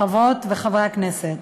חברות וחברי הכנסת,